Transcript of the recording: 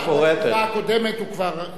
בתשובה הקודמת הוא כבר דיבר על הגנים.